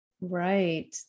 Right